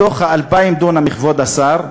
מתוך ה-2,000 דונם, כבוד השר,